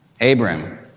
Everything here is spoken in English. Abram